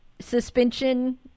suspension